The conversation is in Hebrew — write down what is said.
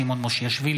סימון מושיאשוילי,